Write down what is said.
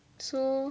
so